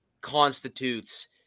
constitutes